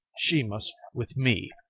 she must with me.